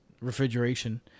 Refrigeration